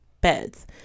beds